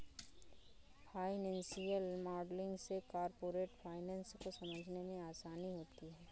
financial modelling से corporate finance को समझने में आसानी होती है